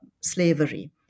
slavery